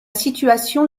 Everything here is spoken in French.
situation